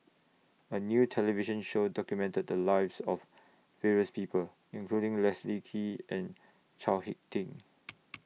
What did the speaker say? A New television Show documented The Lives of various People including Leslie Kee and Chao Hick Tin